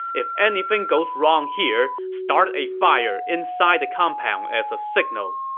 if anything goes wrong here, start a fire inside the compound as a signal.